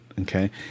Okay